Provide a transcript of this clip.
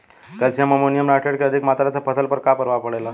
Calcium ammonium nitrate के अधिक मात्रा से फसल पर का प्रभाव परेला?